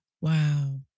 Wow